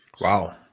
Wow